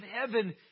heaven